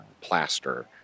plaster